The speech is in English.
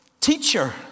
Teacher